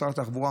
משרד התחבורה,